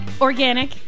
organic